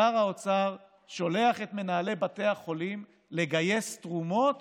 שר האוצר שולח את מנהלי בתי החולים לגייס תרומות